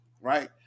right